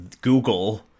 Google